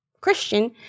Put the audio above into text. Christian